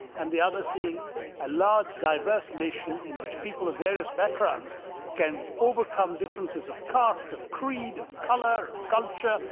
and the other seeing a large diverse nation in which people of various backgrounds can overcome differences of caste. of creed. creed. of colour. of culture.